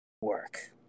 work